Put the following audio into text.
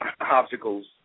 obstacles